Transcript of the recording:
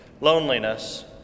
loneliness